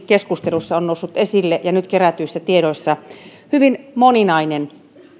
keskustelussa ja nyt kerätyissä tiedoissa on noussut esille hyvin moninainen